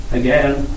again